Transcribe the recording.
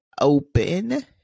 open